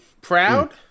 Proud